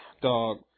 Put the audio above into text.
dog